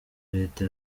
leta